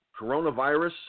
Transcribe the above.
coronavirus